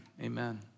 amen